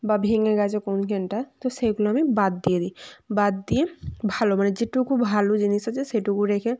বা ভেঙ্গে গেছে কোনখানটা তো সেগুলো আমি বাদ দিয়ে দিই বাদ দিয়ে ভালো মানে যেটুকু ভালো জিনিস আছে সেটুকু রেখে